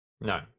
No